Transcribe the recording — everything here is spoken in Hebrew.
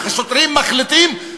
השוטרים מחליטים,